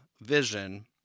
Vision